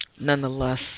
nonetheless